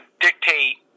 dictate